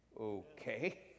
Okay